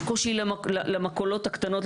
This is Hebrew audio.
יש קושי למכולות הקטנות,